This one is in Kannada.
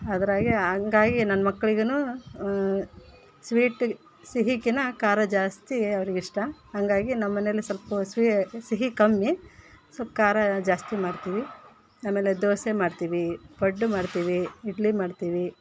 ಅದರಾಗೆ ಹಂಗಾಗಿ ನನ್ನ ಮಕ್ಳಿಗೂ ಸ್ವೀಟ್ ಸಿಹಿಕಿಂತ ಖಾರ ಜಾಸ್ತಿ ಅವ್ರಿಗೆ ಇಷ್ಟ ಹಂಗಾಗಿ ನಮ್ಮ ಮನೆಲ್ಲಿ ಸ್ವಲ್ಪ ಸ್ವೀ ಸಿಹಿ ಕಮ್ಮಿ ಸ್ವಲ್ಪ ಖಾರ ಜಾಸ್ತಿ ಮಾಡ್ತೀವಿ ಆಮೇಲೆ ದೋಸೆ ಮಾಡ್ತೀವಿ ಪಡ್ಡು ಮಾಡ್ತೀವಿ ಇಡ್ಲಿ ಮಾಡ್ತೀವಿ